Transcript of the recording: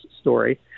story